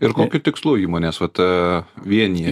ir kokiu tikslu įmonės vata vienija